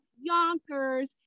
Yonkers